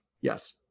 Yes